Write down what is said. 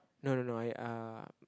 no no no I uh